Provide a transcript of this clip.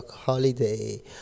Holiday